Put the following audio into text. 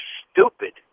stupid